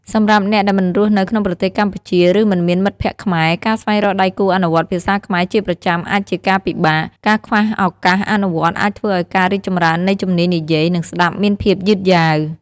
សម្រាប់អ្នកដែលមិនរស់នៅក្នុងប្រទេសកម្ពុជា ឬមិនមានមិត្តភក្តិខ្មែរ ការស្វែងរកដៃគូអនុវត្តភាសាខ្មែរជាប្រចាំអាចជាការពិបាក។ ការខ្វះឱកាសអនុវត្តអាចធ្វើឱ្យការរីកចម្រើននៃជំនាញនិយាយ និងស្តាប់មានភាពយឺតយ៉ាវ។